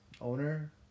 owner